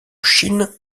chine